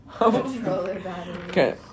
Okay